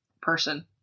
Person